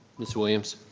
miss williams.